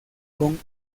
con